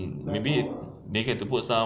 maybe they have to put some